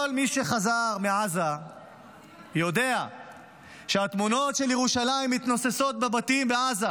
כל מי שחזר מעזה יודע שהתמונות של ירושלים מתנוססות בבתים בעזה,